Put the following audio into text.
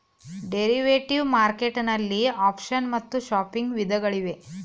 derivative market ನಲ್ಲಿ option ಮತ್ತು swapping ವಿಧಗಳಿವೆ